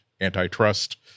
antitrust